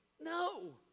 no